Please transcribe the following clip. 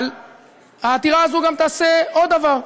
אבל העתירה הזאת גם תעשה עוד דבר,